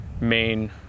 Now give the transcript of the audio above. main